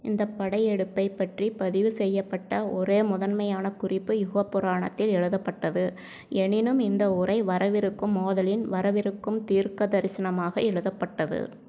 இந்தப் படையெடுப்பைப் பற்றி பதிவுசெய்யப்பட்ட ஒரே முதன்மையான குறிப்பு யுகபுராணத்தில் எழுதப்பட்டது எனினும் இந்த உரை வரவிருக்கும் மோதலின் வரவிருக்கும் தீர்க்கதரிசனமாக எழுதப்பட்டது